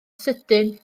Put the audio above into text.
sydyn